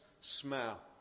smell